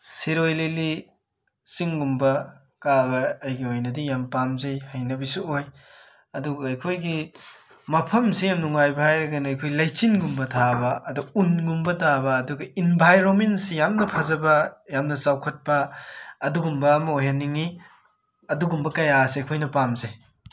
ꯁꯤꯔꯣꯏ ꯂꯤꯂꯤ ꯆꯤꯡꯒꯨꯝꯕ ꯀꯥꯕ ꯑꯩꯒꯤ ꯑꯣꯏꯅꯗꯤ ꯌꯥꯝꯅ ꯄꯥꯝꯖꯩ ꯍꯩꯅꯕꯤꯁꯨ ꯑꯣꯏ ꯑꯗꯨꯒ ꯑꯩꯈꯣꯏꯒꯤ ꯃꯐꯝꯁꯦ ꯌꯥꯝꯅ ꯅꯨꯡꯉꯥꯏꯕ ꯍꯥꯏꯔꯒꯅ ꯑꯩꯈꯣꯏ ꯂꯩꯆꯤꯟꯒꯨꯝꯕ ꯊꯥꯕ ꯑꯗꯣ ꯎꯟꯒꯨꯝꯕ ꯇꯥꯕ ꯑꯗꯨꯒ ꯏꯟꯚꯥꯏꯔꯣꯃꯤꯟꯁꯤ ꯌꯥꯝꯅ ꯐꯖꯕ ꯌꯥꯝꯅ ꯆꯥꯎꯈꯠꯄ ꯑꯗꯨꯒꯨꯝꯕ ꯑꯃ ꯑꯣꯏꯍꯟꯅꯤꯡꯏ ꯑꯗꯨꯒꯨꯝꯕ ꯀꯌꯥ ꯑꯁꯦ ꯑꯩꯈꯣꯏꯅ ꯄꯥꯝꯖꯩ